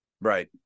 Right